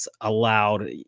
allowed